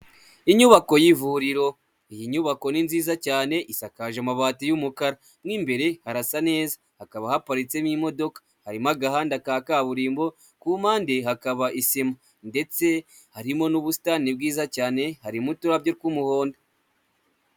Inyubako y'ivuriro, iyi nyubako ni nziza cyane isakaje amabati y'umukara, mu imbere harasa neza, hakaba haparitse n'imodoka, harimo agahanda ka kaburimbo ku mpande hakaba isima ndetse harimo n'ubusitani bwiza cyane, harimo uturabyo tw'umuhondo.